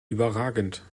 überragend